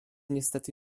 niestety